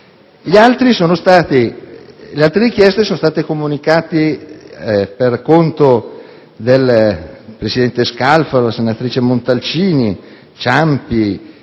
Le altre richieste sono state comunicate, per conto del presidente Scalfaro, della senatrice Montalcini, del